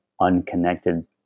unconnected